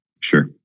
Sure